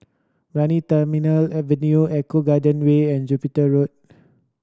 Brani Terminal Avenue Eco Garden Way and Jupiter Road